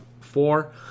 four